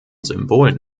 symbolen